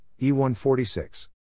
E146